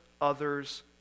others